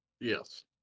Yes